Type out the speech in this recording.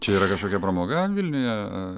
čia yra kažkokia pramoga vilniuje